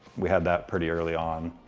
we had that pretty early on,